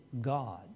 God